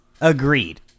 agreed